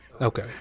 Okay